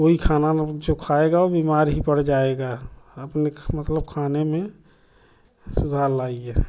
कोई खाना जो खाएगा वो बीमार ही पड़ जाएगा अपने मतलब खाने में सुधार लाइए